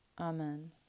Amen